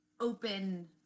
open